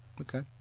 Okay